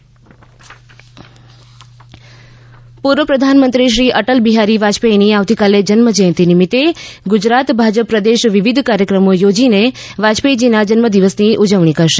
ભાજપ વાજપાઇ જન્મદિવસ પૂર્વ પ્રધાનમંત્રી શ્રી અટલ બિહારી વાજપેથીની આવતીકાલે જન્મજયંતિ નિમિત્ત ગુજરાત ભાજપ પ્રદેશ વિવિધ કાર્યક્રમો યોજીને વાજપેયીજીના જન્મદિવસની ઉજવણી કરશે